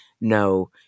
no